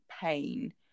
pain